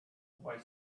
boy